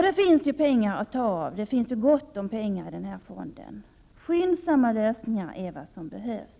Det finns gott om pengar i fonden att ta av. Skyndsamma lösningar är vad som behövs.